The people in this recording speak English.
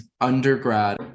undergrad